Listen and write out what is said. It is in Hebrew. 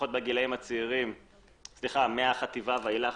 מהחטיבה ואילך,